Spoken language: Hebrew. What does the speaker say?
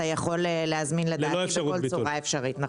אתה יכול להזמין בכל צורה אפשרית.